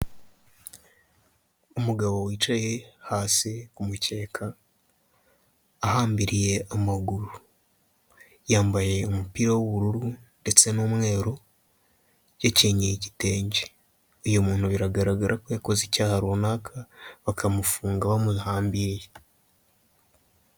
Umugabo wicaye hasi ku mukeka ahambiriye amaguru, yambaye umupira w'ubururu ndetse n'umweru yicyenyeye igitenge, uyu muntu biragaragara ko yakoze icyaha runaka bakamufunga bamuhambiriye.